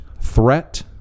threat